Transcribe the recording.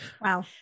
Wow